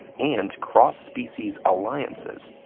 and cross-species alliances,